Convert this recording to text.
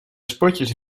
spotjes